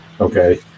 okay